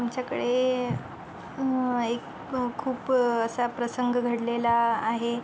आमच्याकडे एक खूप असा प्रसंग घडलेला आहे